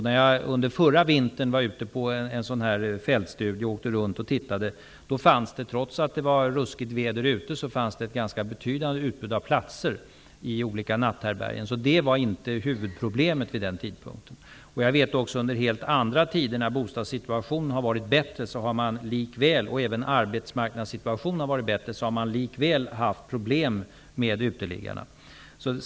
När jag under förra vintern var ute på en fältstudie och åkte runt och tittade, fanns det, trots att det var ruskigt väder ute, ett ganska betydande utbud av platser i olika natthärbärgen. Det var alltså inte huvudproblemet vid den tidpunkten. Under helt andra tider, när bostadssituationen och även arbetsmarknadssituationen har varit bättre, har man likväl haft problem med uteliggarna.